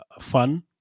fun